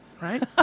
right